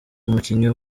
umukinnyi